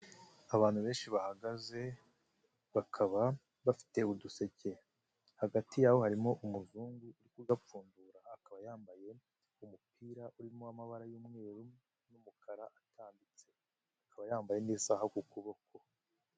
Abantu benshi bahagaze bakaba bafite uduseke, hagati yabo harimo umuzungu uri kugapfundura akaba yambaye umupira urimo amabara y'umweru n'umukara atambitse, akaba yambaye n'isaha ku kuboko.